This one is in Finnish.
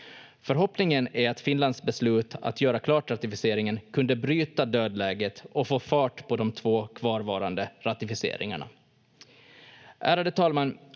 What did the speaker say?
Ärade talman!